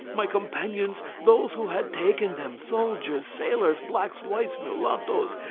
my companions, those who had taken them, soldiers, sailors, blacks, whites, mulattoes,